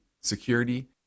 security